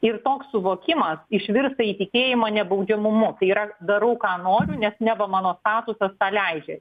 ir toks suvokimas išvirsta į tikėjimą nebaudžiamumu tai yra darau ką noriu nes neva mano statusas tą leidžia